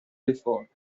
before